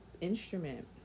instrument